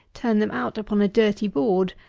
turn them out upon a dirty board,